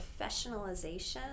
professionalization